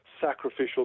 sacrificial